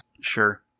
Sure